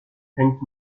hängt